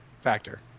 factor